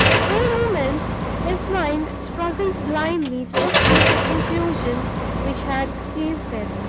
for a moment his mind struggled blindly to escape the conclusion which had seized it,